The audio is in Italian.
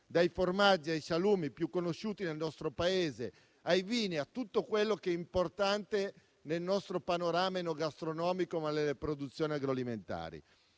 dai formaggi ai salumi più conosciuti nel nostro Paese, ai vini, a tutto quello che è importante nel nostro panorama enogastronomico e nelle produzioni agroalimentari.